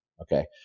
Okay